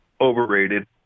Overrated